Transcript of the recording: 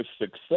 success